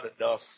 enough